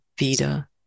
wieder